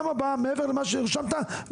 יותר מידי לשכות שנותנות שירות באזור שממנו הוא מגיע?